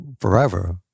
forever